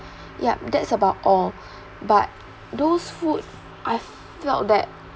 yup that's about all but those food I felt that